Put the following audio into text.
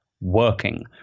working